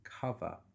cover